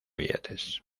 billetes